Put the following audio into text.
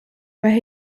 where